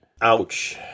Ouch